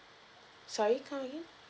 sorry come again